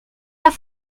pas